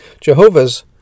Jehovah's